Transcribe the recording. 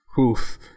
Oof